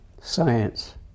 science